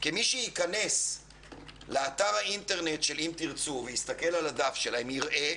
כי מי שייכנס לאתר האינטרנט שלהם יראה